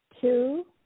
two